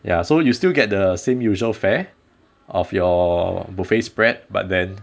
ya so you still get the same usual fare of your buffet spread but then